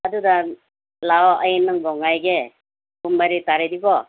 ꯑꯗꯨꯗ ꯂꯥꯛꯑꯣ ꯑꯩ ꯅꯪꯕꯨ ꯉꯥꯏꯒꯦ ꯄꯨꯡ ꯃꯔꯤ ꯇꯥꯔꯗꯤꯀꯣ